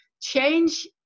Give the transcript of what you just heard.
change